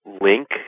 link